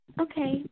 Okay